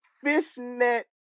fishnet